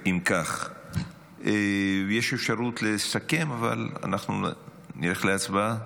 אם כך, יש אפשרות לסכם, אבל אנחנו נלך להצבעה,